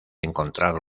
encontrar